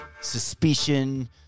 suspicion